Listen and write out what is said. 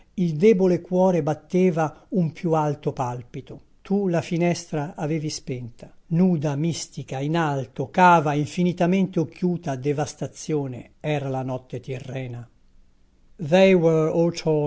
il debole cuore batteva un più alto palpito tu la finestra avevi spenta nuda mistica in alto cava infinitamente occhiuta devastazione era la notte tirrena